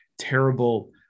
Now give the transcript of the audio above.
terrible